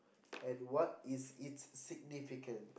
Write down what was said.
and what is its significance